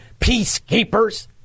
peacekeepers